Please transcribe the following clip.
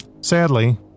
Sadly